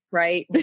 right